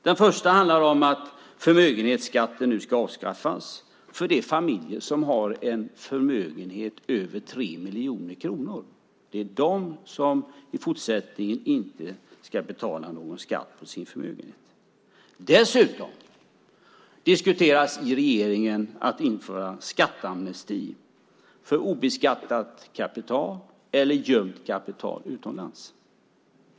Den första handlar om att förmögenhetsskatten nu ska avskaffas för de familjer som har en förmögenhet över 3 miljoner kronor. Det är de som i fortsättningen inte ska betala någon skatt på sin förmögenhet. Dessutom diskuteras i regeringen att införa skatteamnesti för obeskattat kapital eller gömt kapital utomlands.